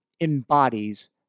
embodies